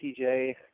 TJ